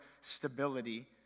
stability